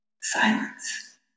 Silence